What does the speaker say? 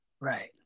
Right